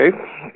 okay